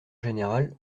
général